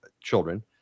children